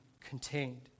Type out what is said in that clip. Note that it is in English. contained